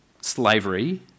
slavery